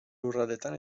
lurraldetan